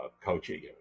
coaching